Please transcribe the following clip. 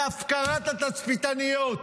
להפקרת התצפיתניות?